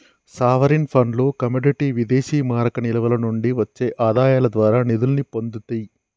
sovereign ఫండ్లు commodity విదేశీమారక నిల్వల నుండి వచ్చే ఆదాయాల ద్వారా నిధుల్ని పొందుతియ్యి